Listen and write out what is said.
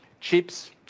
chips